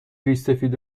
ریشسفید